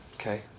Okay